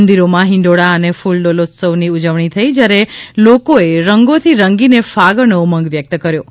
મંદિરોમાં હીંડોળા તથા ફૂલડોળ ઉત્સવથી ઉજવણી થઇ જયારે લોકોએ રંગોથી રંગીને ફાગણનો ઉમંગ વ્યકત કર્યો હતો